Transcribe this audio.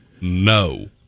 no